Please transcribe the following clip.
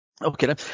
Okay